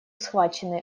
схвачены